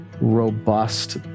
robust